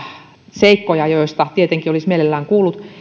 seikkoja joista tietenkin olisi mielellään kuullut